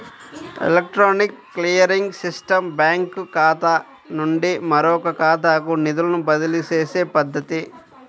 electronic clearing system బ్యాంకుఖాతా నుండి మరొకఖాతాకు నిధులను బదిలీచేసే పద్ధతి